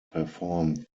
performed